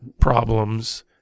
problems